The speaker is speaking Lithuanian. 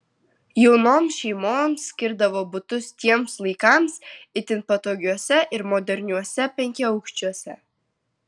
jaunoms šeimoms skirdavo butus tiems laikams itin patogiuose ir moderniuose penkiaaukščiuose